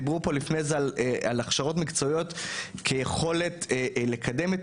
דיברו פה לפני זה על הכשרות מקצועיות כיכולת לקדם את